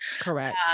Correct